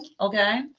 Okay